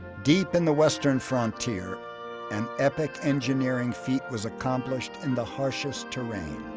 deep in the western frontier an epic engineering feat was accomplished in the harshest terrain.